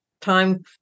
time